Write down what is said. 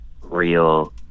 real